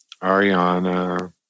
Ariana